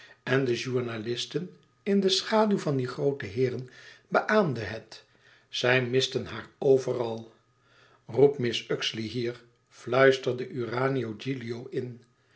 en de journalisten in de schaduw van die groote heeren beaamden het zij misten haar overal roep mrs uxeley hier fluisterde urania gilio in